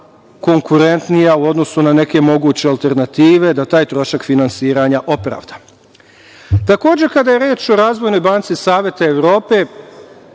konkurentnija u odnosu na neke moguće alternative da taj trošak finansiranja opravdamo? Kada je reč o Razvojnoj banci Saveta Evrope,